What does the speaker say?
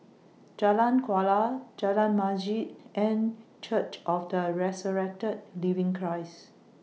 Jalan Kuala Jalan Masjid and Church of The Resurrected Living Christ